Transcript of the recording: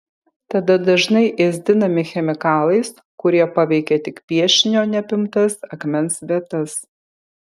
tada dažai ėsdinami chemikalais kurie paveikia tik piešinio neapimtas akmens vietas